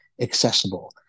accessible